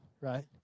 right